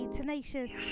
Tenacious